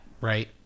Right